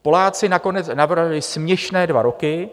Poláci nakonec navrhli směšné dva roky.